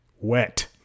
wet